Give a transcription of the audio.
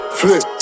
flip